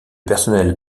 personnel